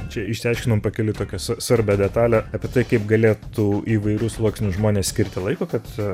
čia išsiaiškinom pakeliui tokią sva svarbią detalę apie tai kaip galėtų įvairių sluoksnių žmonės skirti laiko kad